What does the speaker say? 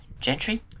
gentry